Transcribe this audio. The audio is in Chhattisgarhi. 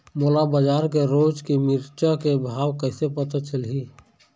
मोला बजार के रोज के मिरचा के भाव कइसे पता चलही?